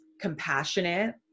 compassionate